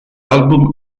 album